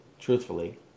Truthfully